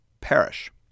perish